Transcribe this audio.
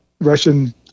Russian